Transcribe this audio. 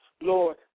Lord